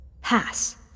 Pass